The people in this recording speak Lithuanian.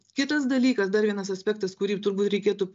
kitas dalykas dar vienas aspektas kurį turbūt reikėtų